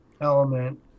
element